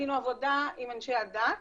עשינו עבודה עם אנשי הדת.